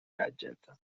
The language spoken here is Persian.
بدجنسم